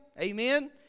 amen